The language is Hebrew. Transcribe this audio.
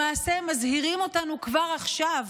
למעשה, מזהירים אותנו כבר עכשיו